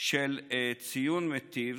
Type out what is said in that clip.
ציון מיטיב,